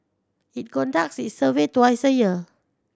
it conducts its survey twice a year